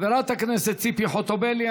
חברת הכנסת ציפי חוטובלי.